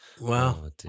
Wow